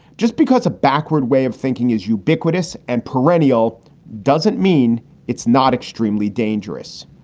just because a backward way of thinking is ubiquitous and perennial doesn't mean it's not extremely dangerous.